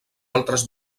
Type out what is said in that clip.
altres